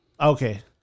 Okay